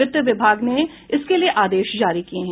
वित्त विभाग ने इसके लिए आदेश जारी किये हैं